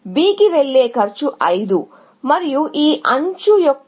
B కి వెళ్ళే cost 5